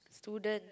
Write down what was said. students